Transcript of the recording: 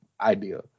idea